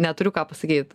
neturiu ką pasakyt